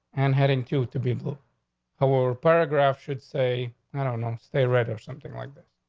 and hadn't you to be able our paragraph should say, i don't know, stay right or something like that.